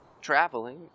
traveling